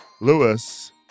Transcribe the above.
Lewis